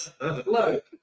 Look